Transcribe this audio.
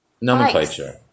nomenclature